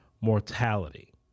mortality